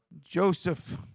Joseph